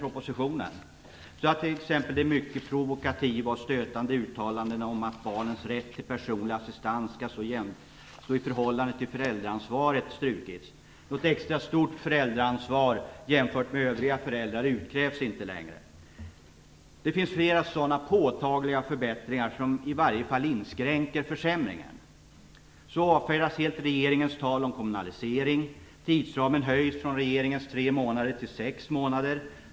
Exempelvis har de mycket provokativa och stötande uttalandena om att barnens rätt till personlig assistans skall stå i förhållande till föräldraansvaret strukits. Något extra stort föräldraansvar jämfört med övriga föräldrars utkrävs inte längre. Det finns flera sådana påtagliga förbättringar, som i varje fall inskränker försämringarna. Regeringens tal om kommunalisering avfärdas t.ex. helt, och tidsramen ökas från regeringens tre månader till sex månader.